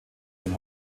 dem